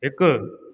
हिकु